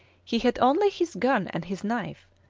he had only his gun and his knife,